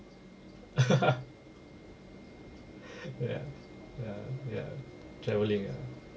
ya ya ya travelling